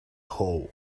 hole